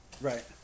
Right